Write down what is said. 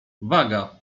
waga